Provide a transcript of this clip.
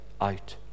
out